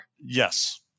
Yes